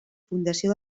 fundació